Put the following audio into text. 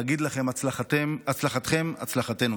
להגיד לכם: הצלחתכם, הצלחתנו.